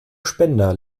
spender